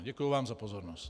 Děkuji vám za pozornost.